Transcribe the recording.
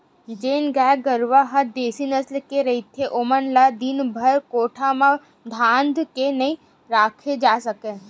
जेन गाय गरूवा ह देसी नसल के रहिथे ओमन ल दिनभर कोठा म धांध के नइ राखे जा सकय